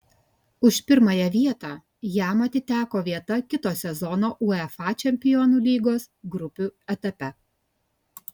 už pirmąją vietą jam atiteko vieta kito sezono uefa čempionų lygos grupių etape